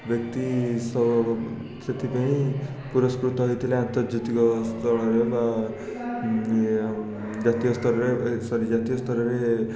ବ୍ୟକ୍ତି ସେଥିପାଇଁ ପୁରସ୍କୃତ ହେଇଥିଲେ ଆନ୍ତର୍ଜାତିକ ସ୍ତରରେ ବା ଇଏ ଜାତୀୟସ୍ତରରେ ସରି ଜାତୀୟସ୍ତରରେ